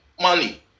money